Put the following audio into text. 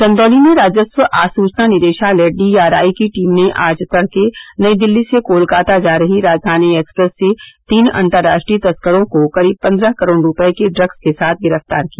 चंदौली में राजस्व आसूचना निदेशालय डीआरआई की टीम ने आज तड़के नई दिल्ली से कोलकाता जा रही राजधानी एक्सप्रेस से तीन अंतर्राष्ट्रीय तस्करों को करीब पंद्रह करोड़ रूपए के ड्रम्स के साथ गिरफ्तार किया